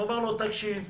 ואומר לו: תקשיב.